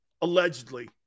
Allegedly